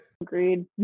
agreed